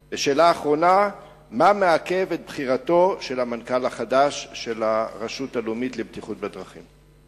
4. מה מעכב את בחירתו של המנכ"ל החדש של הרשות הלאומית לבטיחות בדרכים?